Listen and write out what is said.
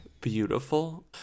beautiful